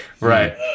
Right